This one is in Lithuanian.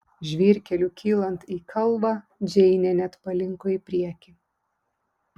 žvyrkeliu kylant į kalvą džeinė net palinko į priekį